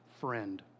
friend